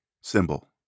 Symbol